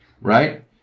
right